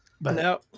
no